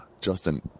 Justin